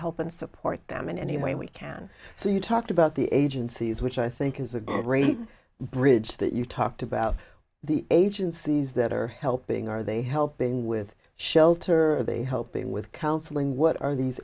help and support them in any way we can so you talked about the agencies which i think is a great bridge that you talked about the agencies that are helping or are they helping with shelter the hoping with counseling what are these